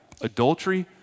adultery